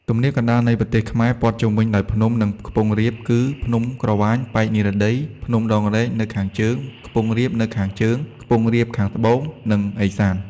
ទំនាបកណ្តាលនៃប្រទេសខ្មែរព័ទ្ធជំុវិញដោយភ្នំ និងខ្ពង់រាបគឺ ភ្នំក្រវាញប៉ែកនិរតី ភ្នំដងរែកនៅខាងជើង ខ្ពង់រាបនៅខាងជើង ខ្ពង់រាបខាងត្បូងនិង ឦសាន។